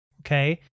Okay